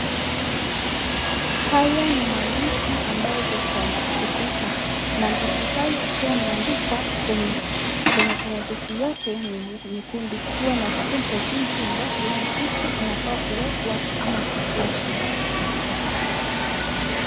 Haya ni maandishi ambayo iko kwa ukuta. Maandishi haya ikiwa imeandikwa kwenye karatasi yake nyekundu, ikiwa inatufunza jinsi misitu inafaa kuwekwa au kutunzwa.